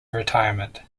retirement